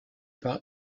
par